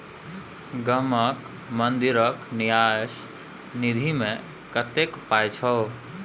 गामक मंदिरक न्यास निधिमे कतेक पाय छौ